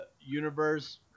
universe